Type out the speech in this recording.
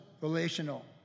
relational